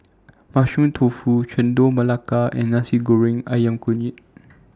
Mushroom Tofu Chendol Melaka and Nasi Goreng Ayam Kunyit